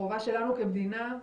חובה שלנו כמדינה,